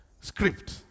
script